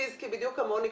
חיזקי בדיוק כמוני,